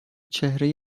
چهره